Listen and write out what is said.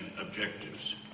objectives